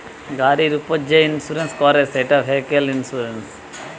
গাড়ির উপর যে ইন্সুরেন্স করে সেটা ভেহিক্যাল ইন্সুরেন্স